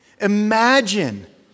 Imagine